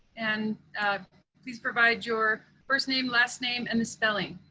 and please provide your first name, last name, and a spelling.